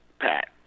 Pat